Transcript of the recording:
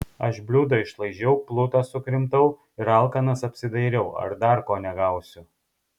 aš bliūdą išlaižiau plutą sukrimtau ir alkanas apsidairiau ar dar ko negausiu